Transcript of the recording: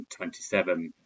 1927